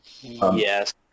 Yes